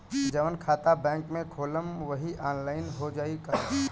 जवन खाता बैंक में खोलम वही आनलाइन हो जाई का?